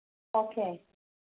okay